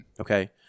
Okay